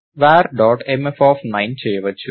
mf చేయవచ్చు